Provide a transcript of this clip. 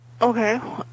Okay